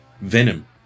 Venom